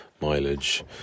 mileage